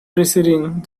preceding